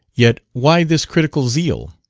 yet why this critical zeal?